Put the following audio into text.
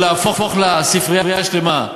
או להפוך לה ספרייה שלמה,